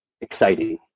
exciting